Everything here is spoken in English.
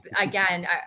again